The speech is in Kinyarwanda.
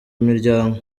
miryango